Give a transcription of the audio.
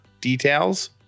details